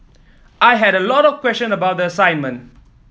I had a lot of question about the assignment